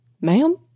ma'am